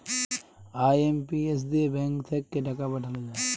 IMPS দিয়ে bank থাক্যে টাকা পাঠাল যায়